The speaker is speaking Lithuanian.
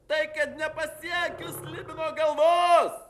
tai kad nepasiekiu slibino galvos